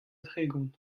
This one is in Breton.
tregont